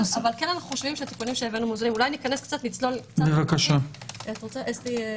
אנחנו לא יודעים מתי יגיע